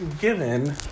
given